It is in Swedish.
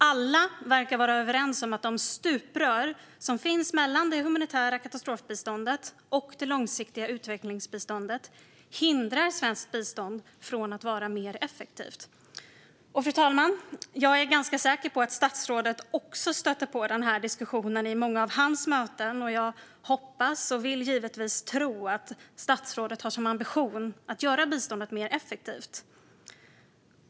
Alla verkar vara överens om att de stuprör som finns mellan det humanitära katastrofbiståndet och det långsiktiga utvecklingsbiståndet hindrar svenskt bistånd från att vara mer effektivt. Fru talman! Jag är ganska säker på att statsrådet också stöter på den här diskussionen i många av sina möten. Jag hoppas och vill givetvis tro att statsrådet har som ambition att göra biståndet mer effektivt.